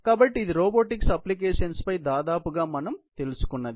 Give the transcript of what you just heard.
కాబట్టి ఇది robotics applications పై దాదాపుగా ప్రతిదీ మనం తెలుసుకున్నది